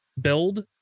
build